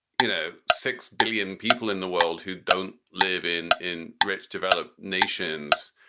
you know, six billion people in the world who don't live in in rich developed nations.